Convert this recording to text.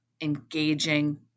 engaging